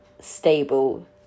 stable